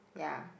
ya